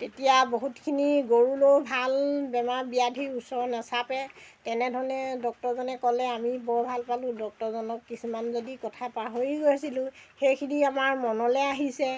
তেতিয়া বহুতখিনি গৰুলৈও ভাল বেমাৰ ব্যাধি ওচৰ নাচাপে তেনেধৰণে ডক্তৰজনে ক'লে আমি বৰ ভাল পালোঁ ডক্তৰজনক কিছুমান যদি কথা পাহৰি গৈছিলোঁ সেইখিনি আমাৰ মনলৈ আহিছে